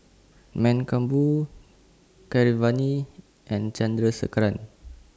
Mankombu Keeravani and Chandrasekaran